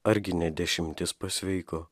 argi ne dešimtis pasveiko